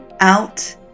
out